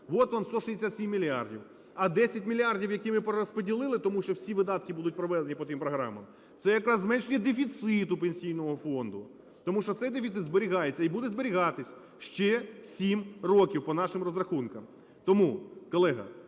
От вам 167 мільярдів. А 10 мільярдів, які ми перерозподілили, тому що всі видатки будуть проведені по тим програмам, – це якраз зменшення дефіциту Пенсійного фонду. Тому що цей дефіцит зберігається і буде зберігатись ще 7 рокам по нашим розрахункам. Тому, колега,